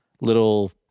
little